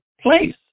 place